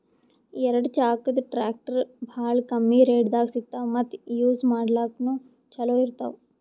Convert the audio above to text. ಎರಡ ಚಾಕದ್ ಟ್ರ್ಯಾಕ್ಟರ್ ಭಾಳ್ ಕಮ್ಮಿ ರೇಟ್ದಾಗ್ ಸಿಗ್ತವ್ ಮತ್ತ್ ಯೂಜ್ ಮಾಡ್ಲಾಕ್ನು ಛಲೋ ಇರ್ತವ್